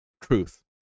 Truth